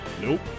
Nope